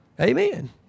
Amen